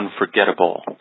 Unforgettable